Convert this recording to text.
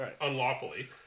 unlawfully